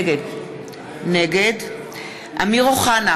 נגד אמיר אוחנה,